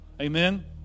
Amen